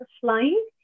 flying